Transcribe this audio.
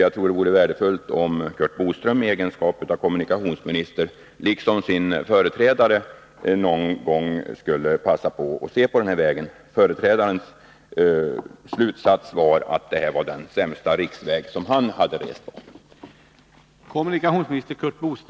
Jag tror att det vore värdefullt om Curt Boström i egenskap av kommunikationsminister liksom sin företrädare någon gång skulle passa på att se på den här vägen. Företrädarens slutsats var att detta var den sämsta riksväg han hade rest